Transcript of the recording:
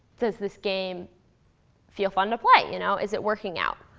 does this game feel fun to play? you know is it working out?